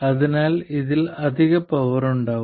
അതിനാൽ ഇതിൽ അധിക പവർ ഉണ്ടാകും